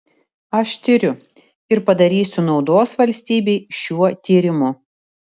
aš tiriu ir padarysiu naudos valstybei šiuo tyrimu